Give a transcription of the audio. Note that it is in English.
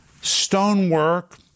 stonework